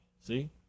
See